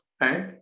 right